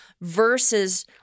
versus